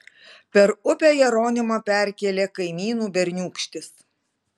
per upę jeronimą perkėlė kaimynų berniūkštis